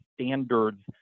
standards